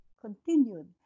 continued